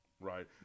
right